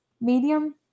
medium